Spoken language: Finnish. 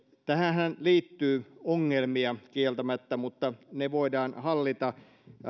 tähänhän liittyy ongelmia kieltämättä mutta niitä voidaan hallita